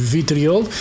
Vitriol